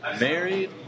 Married